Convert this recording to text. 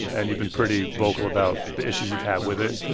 and you've been pretty vocal about the issues you've had with it.